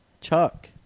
Chuck